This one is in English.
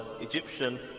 Egyptian